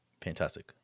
fantastic